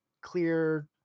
clear